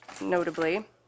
notably